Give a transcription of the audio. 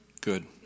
Good